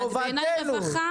חמלה נתפס